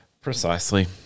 Precisely